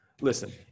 listen